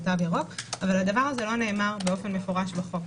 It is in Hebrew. תו ירוק אבל הדבר הזה לא נאמר מפורשות בחוק.